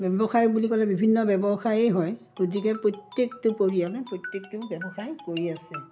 ব্যৱসায় বুলি ক'লে বিভিন্ন ব্যৱসায়েই হয় গতিকে প্ৰত্যেকটো পৰিয়ালে প্ৰত্যেকটো ব্যৱসায় কৰি আছে